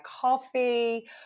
coffee